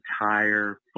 entire